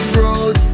road